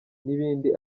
n’ibindi